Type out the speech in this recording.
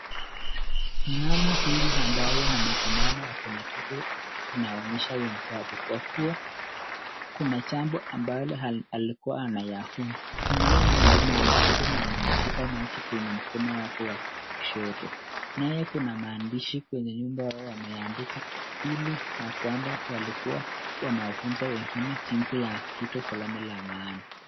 Mama huyu ambaye amesimama kuna kitu anaonyesha wenzake kuwa kuna jambo ambalo alikuwa anayafunza kunaye mwingine ameketi na ameyashika maji kwa mkono wake wa kushoto naye kuna maandishi kwenye nyuma yao yameandikwa ili na kwamba walikuwa wanafunza wengine jinsi ya kitu fulani maana.